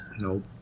nope